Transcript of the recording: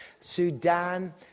Sudan